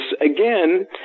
again